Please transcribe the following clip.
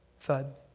thud